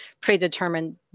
predetermined